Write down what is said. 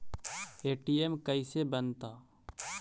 ATM कैसे बनता?